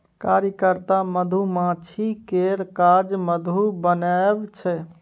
कार्यकर्ता मधुमाछी केर काज मधु बनाएब छै